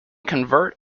convert